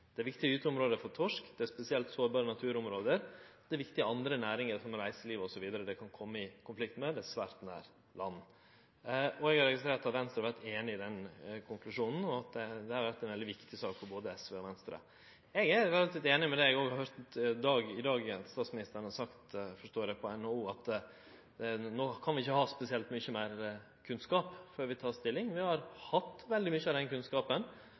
Det er viktige gyteområde for torsk, det er spesielt sårbare naturområde, det er andre, viktige næringar – som reiseliv osv. – dette kan kome i konflikt med, og det er svært nær land. Eg har registrert at Venstre har vært einig i den konklusjonen, og det har vore ei veldig viktig sak for både SV og Venstre. Eg er òg einig med deg, for eg har òg høyrt i dag at statsministeren har sagt – etter det eg forstår på NHOs årskonferanse – at vi no ikkje kan få spesielt mykje meir kunnskap før vi tek stilling. Vi har veldig mykje kunnskap. No har delar av den nye kunnskapen